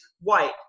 white